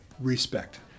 Respect